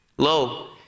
Lo